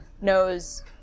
knows